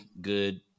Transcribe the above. good